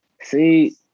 See